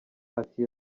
ati